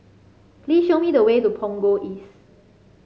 please show me the way to Punggol East